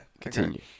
Continue